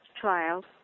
trials